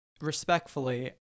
respectfully